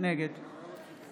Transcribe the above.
נגד